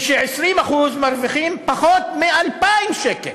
ו-20% מרוויחים פחות מ-2,000 שקל.